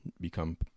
become